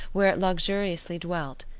where it luxuriously dwelt.